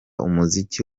umuziki